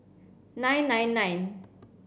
nine nine nine